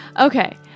Okay